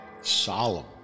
solemn